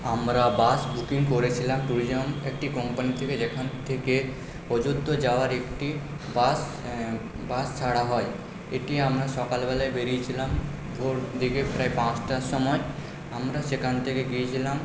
আমরা bus booking করেছিলাম tourism একটি কোম্পানি থেকে যেখান থেকে অযোধ্যা যাওয়ার একটি বাস বাস ছাড়া হয় এটি আমরা সকালবেলায় বেরিয়েছিলাম ভোর দিকে প্রায় পাঁচটার সময় আমরা সেখান থেকে গিয়েছিলাম